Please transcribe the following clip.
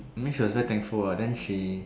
I mean she was very thankful lah then she